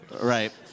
right